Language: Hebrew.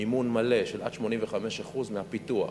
מימון מלא של עד 85% מהפיתוח.